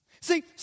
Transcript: See